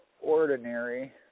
ordinary